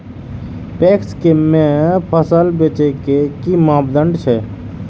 PACS में फसल बेचे के कि मापदंड छै?